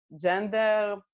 gender